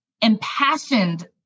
impassioned